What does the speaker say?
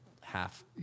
half